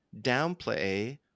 downplay